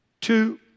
two